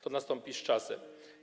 To nastąpi z czasem.